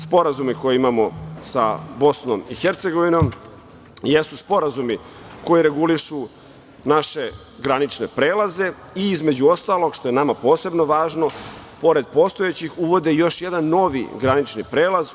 Sporazume koje imamo sa Bosnom i Hercegovinom jesu sporazumi koji regulišu naše granične prelaze i, između ostalog, što je nama posebno važno, pored postojećih uvode još jedan novi granični prelaz.